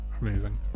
Amazing